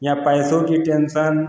या पैसों की टेन्सन